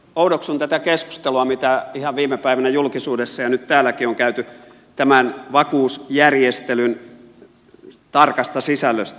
oudoksun tätä keskustelua mitä ihan viime päivinä julkisuudessa ja nyt täälläkin on käyty tämän vakuusjärjestelyn tarkasta sisällöstä